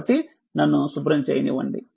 కాబట్టి నన్ను శుభ్రం చేయనివ్వండి